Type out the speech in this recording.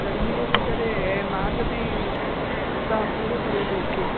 गर्मीअ जे करे ऐं मालु बि उतां पूरो पूरो थो अचे